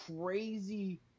crazy